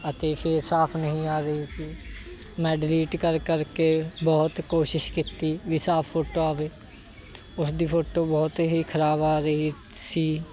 ਅਤੇ ਫਿਰ ਸਾਫ ਨਹੀਂ ਆ ਰਹੀ ਸੀ ਮੈਂ ਡਿਲੀਟ ਕਰ ਕਰ ਕੇ ਬਹੁਤ ਕੋਸ਼ਿਸ਼ ਕੀਤੀ ਵੀ ਸਾਫ ਫੋਟੋ ਆਵੇ ਉਸ ਦੀ ਫੋਟੋ ਬਹੁਤ ਹੀ ਖਰਾਬ ਆ ਰਹੀ ਸੀ